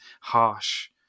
harsh